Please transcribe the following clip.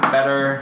Better